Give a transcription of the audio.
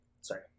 sorry